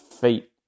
feet